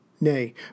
nay